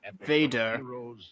Vader